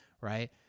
right